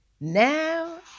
now